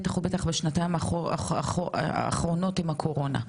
בטח ובטח בשנתיים האחרונות עם הקורונה.